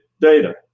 data